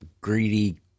greedy